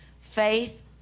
faith